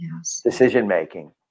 decision-making